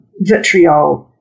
vitriol